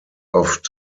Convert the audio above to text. oft